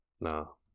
No